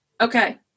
Okay